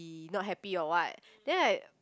he not happy or what then I